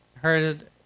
heard